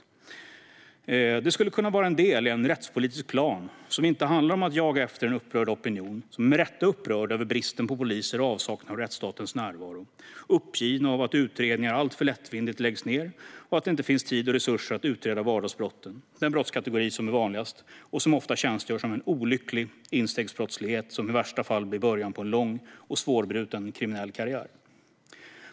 Detta skulle kunna vara del i en rättspolitisk plan som inte handlar om att jaga efter en opinion som med rätta är upprörd över bristen på poliser och avsaknad av rättsstatens närvaro. Man är uppgiven för att utredningar alltför lättvindigt läggs ned och det inte finns tid och resurser att utreda vardagsbrotten - den brottskategori som är vanligast och som ofta fungerar som en olycklig instegsbrottslighet som i värsta fall blir början på en lång och svårbruten kriminell karriär.